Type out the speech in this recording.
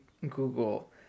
Google